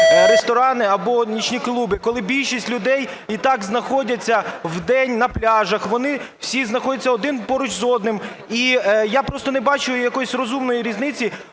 ресторани або нічні клуби, коли більшість людей і так знаходяться вдень на пляжах, вони всі знаходяться один поруч з одним? І я просто не бачу якоїсь розумної різниці,